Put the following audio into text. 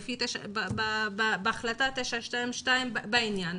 החלטה 922 בעניין,